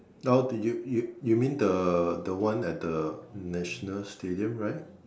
now do you you mean the the one at the national stadium right